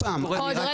רק אומר